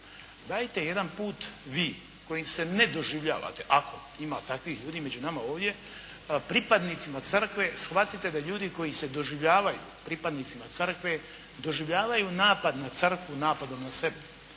dajte jedan put vi, koji se ne doživljavate, ako ima takvih ljudi među nama ovdje pripadnicima Crkve, shvatite da ljudi koji se doživljavaju pripadnicima Crkve doživljavaju napad na Crkvu napadom na sebe.